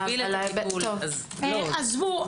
עזבו.